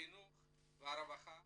החינוך והרווחה